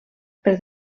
per